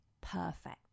perfect